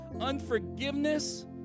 unforgiveness